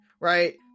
right